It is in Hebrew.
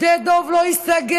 שדה דב לא ייסגר,